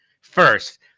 first